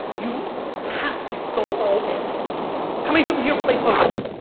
you have to go all-in. how many people here play poker?